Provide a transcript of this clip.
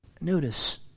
Notice